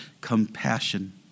Compassion